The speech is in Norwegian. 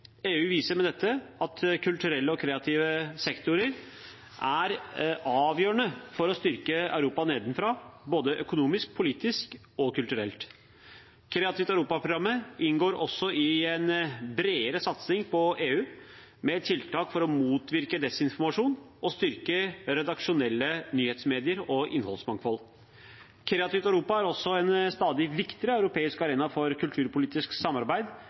EU viser med dette at kulturelle og kreative sektorer er avgjørende for å styrke Europa nedenfra både økonomisk, politisk og kulturelt. Kreativt Europa-programmet inngår også i en bredere satsing fra EU med tiltak for å motvirke desinformasjon og styrke redaksjonelle nyhetsmedier og innholdsmangfold. Kreativt Europa er også en stadig viktigere europeisk arena for kulturpolitisk samarbeid,